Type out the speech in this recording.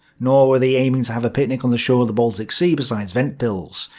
nor were they aiming to have a picnic on the shore of the baltic sea beside ventspils.